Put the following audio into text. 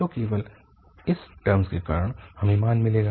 तो केवल इस टर्मस के कारण हमें मान मिलेगा